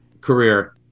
career